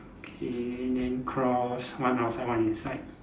K then cross one outside one inside